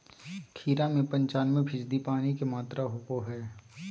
खीरा में पंचानबे फीसदी पानी के मात्रा होबो हइ